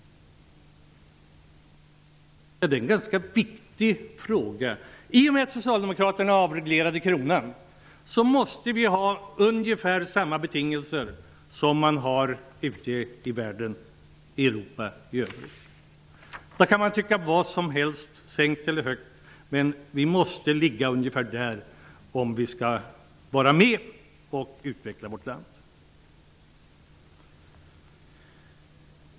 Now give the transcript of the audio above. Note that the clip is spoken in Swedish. Det är en ganska viktig fråga. I och med att socialdemokraterna avreglerade kronan måste vi ha ungefär samma betingelser som man har ute i Europa i övrigt. Man kan tycka vad som helst om kronans värde, att det skall sänkas eller höjas, men den måste ligga ungefär där den ligger, om vi skall kunna fortsätta att utveckla vårt land.